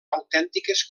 autèntiques